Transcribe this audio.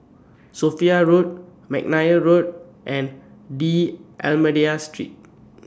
Sophia Road Mcnair Road and D'almeida Street